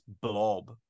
blob